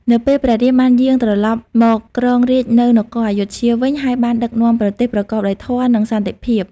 នៅពេលព្រះរាមបានយាងត្រឡប់មកគ្រងរាជ្យនៅនគរអយុធ្យាវិញ ហើយបានដឹកនាំប្រទេសប្រកបដោយធម៌ និងសន្តិភាព ។